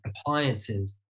appliances